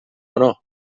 honor